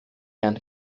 herrn